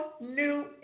new